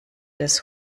des